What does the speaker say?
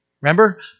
Remember